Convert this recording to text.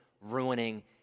ruining